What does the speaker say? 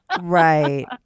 right